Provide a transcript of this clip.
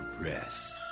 rest